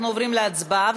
אנחנו עוברים להצבעה,